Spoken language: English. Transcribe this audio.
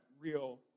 real